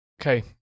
Okay